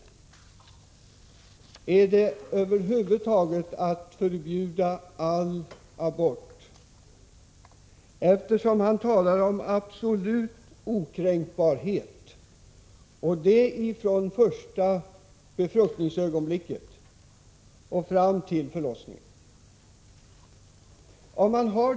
Vill Alf Svensson förbjuda aborter över huvud taget, eftersom han talar om absolut okränkbarhet från befruktningsögonblicket och fram till förlossningen?